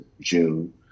June